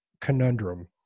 conundrum